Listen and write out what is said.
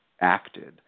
acted